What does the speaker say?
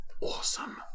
awesome